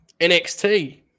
nxt